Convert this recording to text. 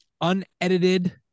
unedited